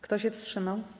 Kto się wstrzymał?